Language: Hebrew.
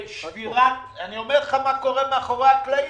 אני אומר מה קורה מאחורי הקלעים.